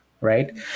right